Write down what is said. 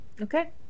Okay